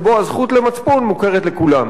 למקום שבו הזכות למצפון מוכרת לכולם.